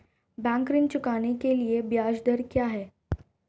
Bank ऋण चुकाने के लिए ब्याज दर क्या है?